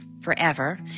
forever